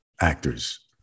actors